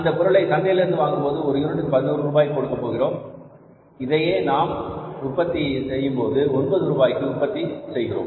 அந்தப் பொருளை சந்தையிலிருந்து வாங்கும்போது ஒரு யூனிட்டிற்கு 11 ரூபாய் கொடுக்கிறோம் இதை நாமே உற்பத்தி செய்யும்போது 9 ரூபாய்க்கு உற்பத்தி செய்கிறோம்